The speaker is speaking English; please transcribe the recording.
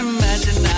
Imagine